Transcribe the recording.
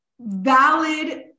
valid